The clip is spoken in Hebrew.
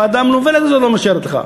הוועדה המנוולת הזאת לא מאשרת לך.